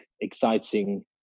exciting